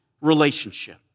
relationship